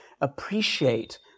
appreciate